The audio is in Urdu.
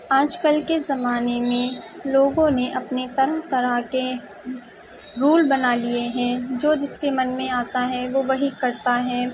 آج کل کے زمانے میں لوگوں نے اپنے طرح طرح کے رول بنا لیے ہیں جو جس کے من میں آتا ہے وہ وہی کرتا ہے